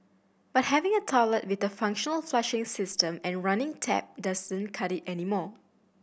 but having a toilet with a functional flushing system and running tap doesn't cut it anymore